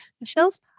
Michelle's